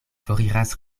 foriras